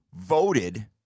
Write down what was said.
voted